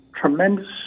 tremendous